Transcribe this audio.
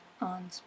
on